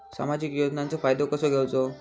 सामाजिक योजनांचो फायदो कसो घेवचो?